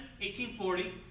1840